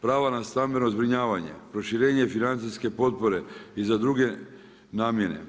Prava na stambeno zbrinjavanje, proširenje financijske potpore i za druge namjene.